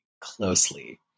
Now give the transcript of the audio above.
closely